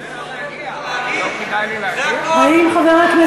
זה מה שיש לך להגיד?